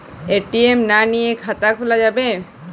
ATM না নিয়ে খাতা খোলা যাবে?